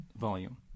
volume